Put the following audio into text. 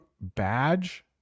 badge